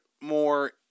more